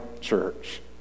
church